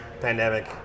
pandemic